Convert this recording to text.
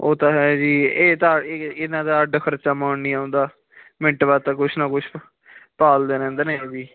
ਉਹ ਤਾਂ ਹੈ ਜੀ ਇਹ ਤਾਂ ਇਹ ਇਹਨਾਂ ਦਾ ਅੱਡ ਖਰਚਾ ਮਾਣ ਨਹੀਂ ਆਉਂਦਾ ਮਿੰਟ ਬਾਅਦ ਤਾਂ ਕੁਛ ਨਾ ਕੁਛ ਭਾ ਭਾਲਦੇ ਰਹਿੰਦੇ ਨੇ ਇਹ ਵੀ